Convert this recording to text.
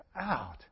out